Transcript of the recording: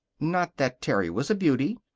not that terry was a beauty.